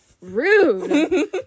Rude